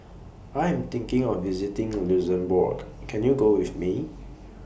I Am thinking of visiting Luxembourg Can YOU Go with Me